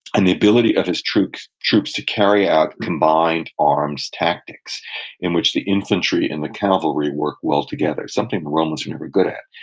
and the ability of his troops troops to carry out combined arms tactics in which the infantry and the cavalry work well together, something the romans were never good at.